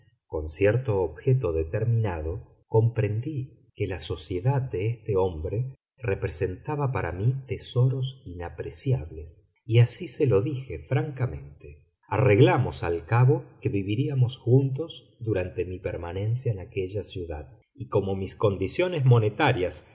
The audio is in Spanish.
con cierto objeto determinado comprendí que la sociedad de este hombre representaba para mí tesoros inapreciables y así se lo dije francamente arreglamos al cabo que viviríamos juntos durante mi permanencia en aquella ciudad y como mis condiciones monetarias